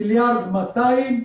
1.2 מיליארד שקל.